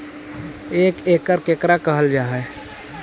एक एकड़ केकरा कहल जा हइ?